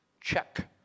check